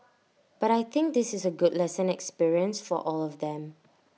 but I think this is A good lesson experience for all of them